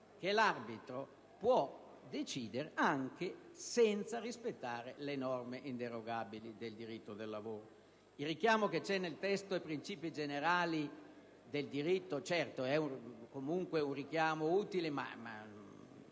che l'arbitro può decidere anche senza rispettare le norme inderogabili del diritto del lavoro. Il richiamo presente nel testo ai principi generali del diritto è comunque utile ma